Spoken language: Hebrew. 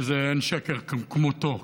שאין שקר כמותו,